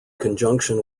conjunction